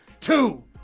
Two